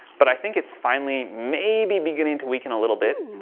but i think it's finally, maybe beginning to weaken a little bit.